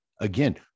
again